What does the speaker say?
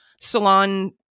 salon